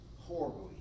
horribly